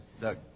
Doug